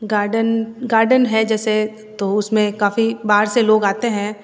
garden garden है जैसे तो उसमें काफ़ी बाहर से लोग आते हैं